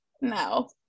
No